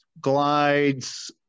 glides